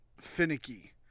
finicky